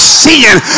seeing